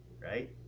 Right